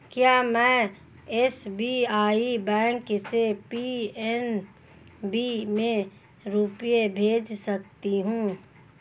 क्या में SBI bank से पी.एन.बी में रुपये भेज सकती हूँ?